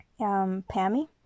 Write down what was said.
Pammy